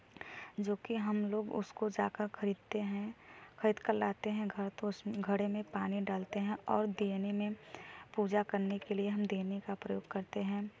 जो कि हम लोग उसको जाकर खरीदते हैं खरीदकर लाते हैं घर तो उसमें घड़े में पानी डालते हैं और दियने में पूजा करने के लिए हम देने का प्रयोग करते हैं